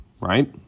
right